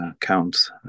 counts